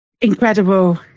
Incredible